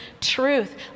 truth